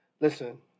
Listen